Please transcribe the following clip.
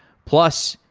plus,